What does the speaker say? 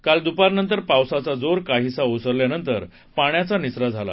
काल दुपारनंतर पावसाचा जोर काहीसा ओसरल्यानंतर पाण्याचा निचरा झाला